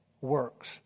works